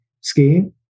skiing